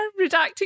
redacting